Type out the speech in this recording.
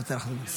בבקשה.